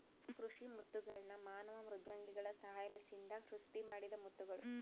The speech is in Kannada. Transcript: ಕೃಷಿ ಮುತ್ತುಗಳ್ನ ಮಾನವ ಮೃದ್ವಂಗಿಗಳ ಸಹಾಯಲಿಸಿಂದ ಸೃಷ್ಟಿಮಾಡಿದ ಮುತ್ತುಗುಳು